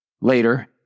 later